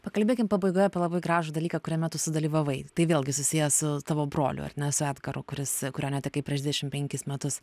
pakalbėkim pabaigoje apie labai gražų dalyką kuriame tu sudalyvavai tai vėlgi susiję su tavo broliu ar ne su edgaru kuris kurio netekai prieš dvidešim penkis metus